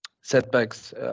setbacks